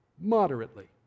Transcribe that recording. moderately